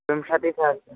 विंशतिसहस्रम्